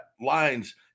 lines